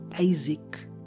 Isaac